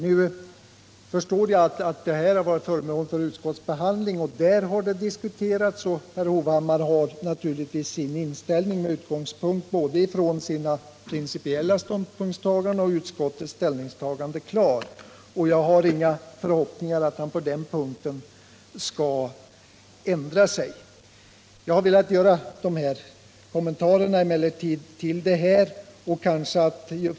Nu förstår jag att detta ärende varit föremål för utskottets behandling och diskussion. Herr Hovhammar har naturligtvis sin inställning klar med utgångspunkt i både sina principiella ståndpunkter och utskottets ställningstagande, och jag har inga förhoppningar om att han på den punkten skall ändra sig. Jag har emellertid velat göra dessa kommentarer.